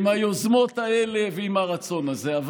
עם היוזמות האלה ועם הרצון הזה.